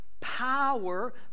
power